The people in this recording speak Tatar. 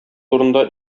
турында